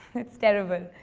it's terrible.